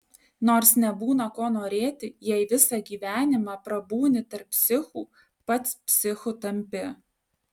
nors nebūna ko norėti jei visą gyvenimą prabūni tarp psichų pats psichu tampi